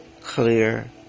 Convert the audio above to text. clear